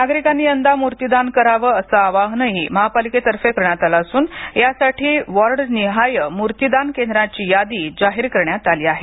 नागरिकांनी यंदा मूर्तीदान करावे असे आवाहन महापालिकेतर्फे करण्यात आले असून यासाठी वॉर्डनिहाय मूर्तीदान केंद्रांची यादी जाहीर करण्यात आली आहे